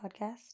podcast